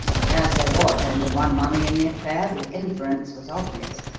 and as there was only one mummy in the affair, the inference was obvious.